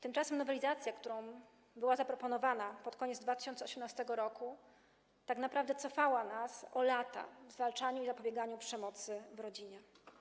Tymczasem nowelizacja, która była zaproponowana pod koniec 2018 r., tak naprawdę cofała nas o lata w zwalczaniu i zapobieganiu przemocy w rodzinie.